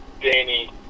Danny